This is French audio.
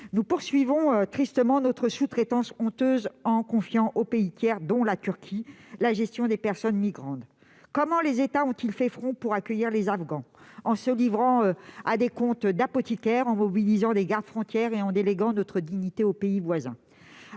Nous poursuivons tristement notre sous-traitance honteuse en confiant aux pays tiers, dont la Turquie, la gestion des personnes migrantes. Comment les États ont-ils fait front pour accueillir les Afghans ? En se livrant à des comptes d'apothicaires, en mobilisant des garde-frontières et en déléguant notre dignité aux pays voisins.